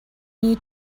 need